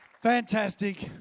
Fantastic